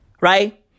right